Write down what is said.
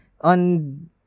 on